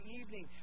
evening